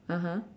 (uh huh)